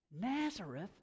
Nazareth